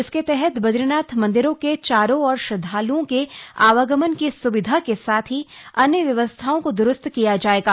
इसके तहत बद्रीनाथ मंदिर के चारों ओर श्रद्वाल्ओं के आवागमन की सुविधा के साथ ही अन्य व्यवस्थाओं को दुरुस्त किया जाएगा